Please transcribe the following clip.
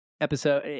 episode